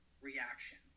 reaction